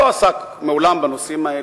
שלא עסק מעולם בנושאים האלה,